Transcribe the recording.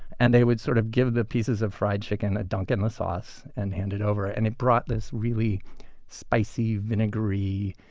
and they would sort of give the pieces of fried chicken a dunk in the sauce, and hand it over. it and it brought this spicy, vinegary,